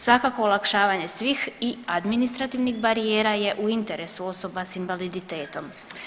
Svakako olakšanje svih i administrativnih barijera je u interesu osoba s invaliditetom.